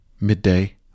midday